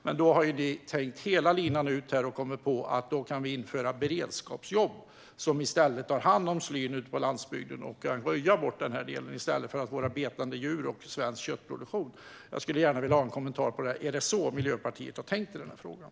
Men då har ni tänkt hela linan ut och kommit på att vi i stället för att ha betande djur och svensk köttproduktion kan införa beredskapsjobb för att röja bort slyn ute på landsbygden. Jag vill ha en kommentar till det. Är det så Miljöpartiet har tänkt i den frågan?